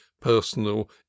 personal